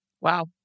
Wow